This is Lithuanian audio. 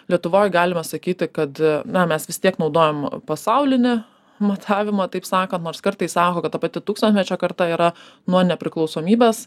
lietuvoj galima sakyti kad na mes vis tiek naudojam pasaulinį matavimą taip sakant nors kartais sako kad ta pati tūkstantmečio karta yra nuo nepriklausomybės